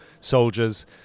soldiers